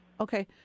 Okay